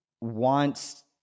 wants